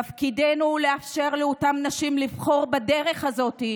תפקידנו לאפשר לאותן נשים לבחור בדרך הזאת,